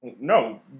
No